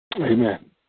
Amen